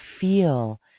feel